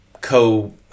co